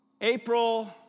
April